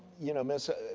you know, mrs.